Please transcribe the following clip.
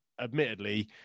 admittedly